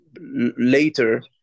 later